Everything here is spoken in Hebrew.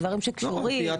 דברים שקשורים --- לא,